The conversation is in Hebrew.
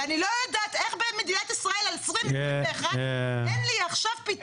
ואני לא יודעת איך במדינת ישראל 2021 אין עכשיו פתרון.